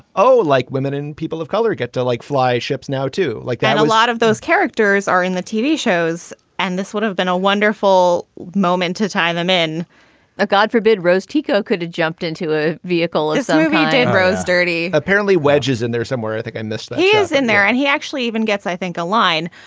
oh, like women and people of color get to like fly ships now to like that a lot of those characters are in the tv shows and this would have been a wonderful moment tie them in a god forbid, rose teco could have jumped into a vehicle as the movie davros dirty apparently wedgies in there somewhere. i think i missed he is in there and he actually even gets, i think, a line.